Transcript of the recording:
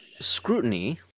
scrutiny